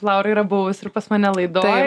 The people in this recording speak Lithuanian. laura yra buvus ir pas mane laidoj